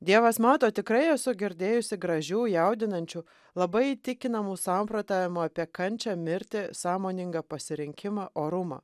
dievas mato tikrai esu girdėjusi gražių jaudinančių labai įtikinamų samprotavimų apie kančią mirtį sąmoningą pasirinkimą orumą